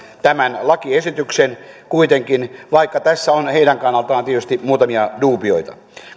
tämän lakiesityksen kuitenkin vaikka tässä on heidän kannaltaan tietysti muutamia duubioita